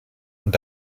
und